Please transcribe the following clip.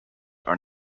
are